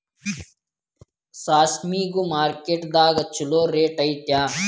ಸಾಸ್ಮಿಗು ಮಾರ್ಕೆಟ್ ದಾಗ ಚುಲೋ ರೆಟ್ ಐತಿ